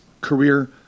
career